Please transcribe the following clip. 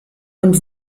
und